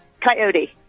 Coyote